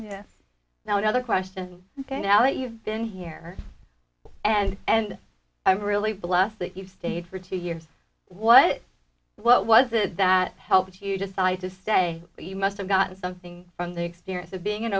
can now another question ok now that you've been here and and i'm really blessed that you stayed for two years what what was it that helps you decide to stay you must have gotten something from the experience of being in a